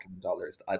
dollars